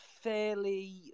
fairly